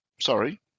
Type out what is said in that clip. sorry